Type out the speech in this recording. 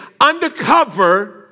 undercover